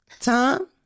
Tom